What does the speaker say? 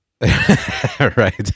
Right